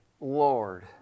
Lord